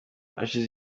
hashize